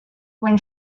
when